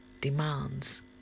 demands